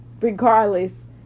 regardless